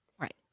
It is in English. Right